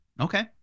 Okay